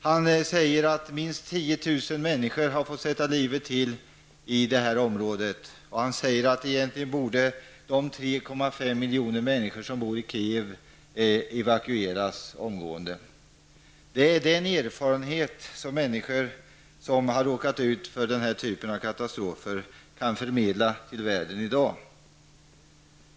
Han säger att minst 10 000 människor har fått sätta livet till i det här området, och han säger att de 3,5 miljoner människor som bor i Kiev egentligen också borde evakueras omgående. Det är den erfarenhet som människor som har råkat ut för den här typen av katastrofer kan förmedla till världen i dag.